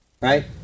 right